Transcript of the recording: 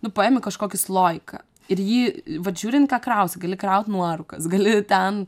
nu paimi kažkokį sloiką ir jį vat žiūrint ką krausi gali kraut nuorūkas gali ten